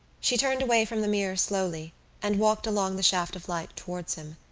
she turned away from the mirror slowly and walked along the shaft of light towards him.